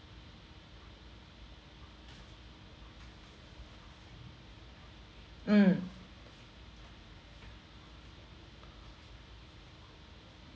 mm